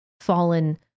fallen